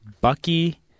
Bucky